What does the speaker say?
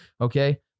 okay